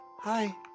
hi